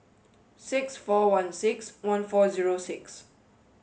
six four one six one four zero six